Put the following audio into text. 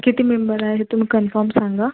किती मेंबर आहे तुम्ही कन्फर्म सांगा